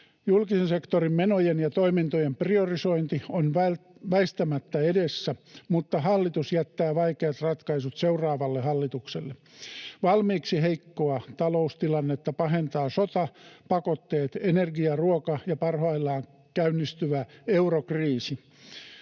Julkisen sektorin menojen ja toimintojen priorisointi on väistämättä edessä, mutta hallitus jättää vaikeat ratkaisut seuraavalle hallitukselle. Valmiiksi heikkoa taloustilannetta pahentaa sota, pakotteet, energia‑, ruoka- ja parhaillaan käynnistyvä eurokriisi.